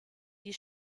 die